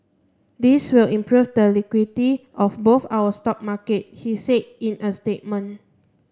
this will improve the liquidity of both our stock markets he said in a statement